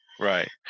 Right